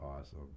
awesome